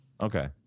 Okay